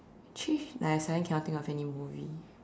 actually I suddenly cannot think of any movie